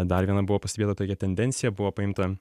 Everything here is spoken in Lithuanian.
dar viena buvo pastebėta tokia tendencija buvo paimta